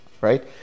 right